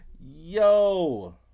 Yo